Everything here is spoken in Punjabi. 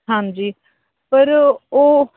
ਹਾਂਜੀ ਪਰ ਉਹ